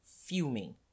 fuming